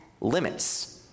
limits